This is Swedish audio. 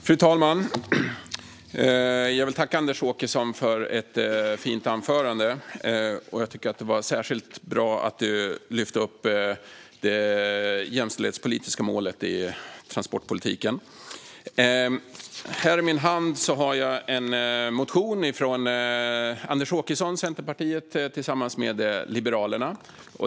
Fru talman! Jag vill tacka Anders Åkesson för ett fint anförande, och jag tycker att det var särskilt bra att han lyfte upp det jämställdhetspolitiska målet i transportpolitiken. I min hand har jag en motion från Anders Åkesson, Centerpartiet, tillsammans med Liberalerna.